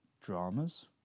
Dramas